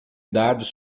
dados